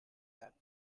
that